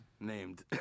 Named